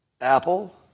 Apple